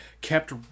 kept